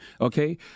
okay